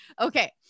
Okay